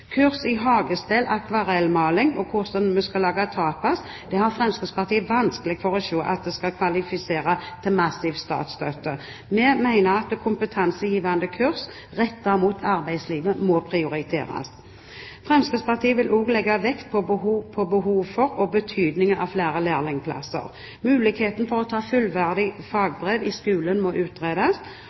Kurs i hagestell, akvarellmaling og hvordan vi skal lage tapas, har Fremskrittspartiet vanskelig for å se skal kvalifisere til massiv statsstøtte. Vi mener at kompetansegivende kurs rettet mot arbeidslivet må prioriteres. Fremskrittspartiet vil også legge vekt på behovet for og betydningen av flere lærlingplasser. Muligheten til å ta fullverdig fagbrev i skolen må utredes.